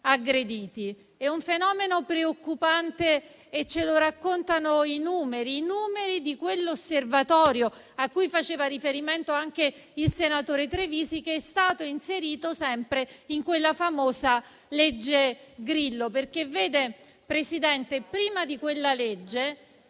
aggrediti. È un fenomeno preoccupante e ce lo raccontano i numeri di quell'osservatorio a cui faceva riferimento anche il senatore Trevisi, che è stato inserito sempre in quella famosa legge Grillo. Signora Presidente, prima di quella legge,